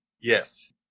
Yes